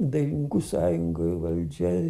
dailininkų sąjungoj valdžia